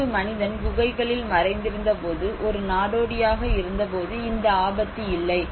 முன்பு மனிதன் குகைகளில் மறைந்திருந்தபோது ஒரு நாடோடியாக இருந்தபோது இந்த ஆபத்து இல்லை